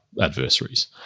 adversaries